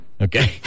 Okay